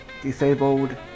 disabled